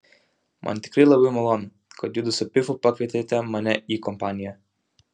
man tikrai labai malonu kad judu su pifu pakvietėte mane į kompaniją